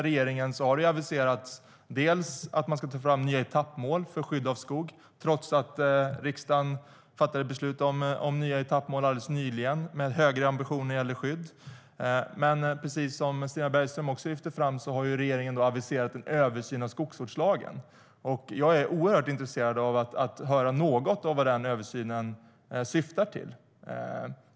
Regeringen har aviserat att man ska ta fram nya etappmål för skydd av skog, trots att riksdagen alldeles nyligen fattade beslut om nya etappmål med en högre ambition för skydd. Precis som Stina Bergström också lyfte fram har regeringen aviserat en översyn av skogsvårdslagen. Jag är oerhört intresserad av att höra något om vad den översynen syftar till.